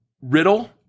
Riddle